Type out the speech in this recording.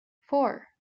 four